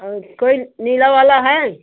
और कोई नीला वाला है